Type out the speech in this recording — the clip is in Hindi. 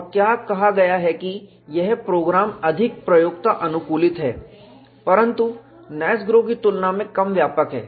और क्या कहा गया है कि यह प्रोग्राम अधिक प्रयोक्ता अनुकूलित है परंतु NASGRO की तुलना में कम व्यापक है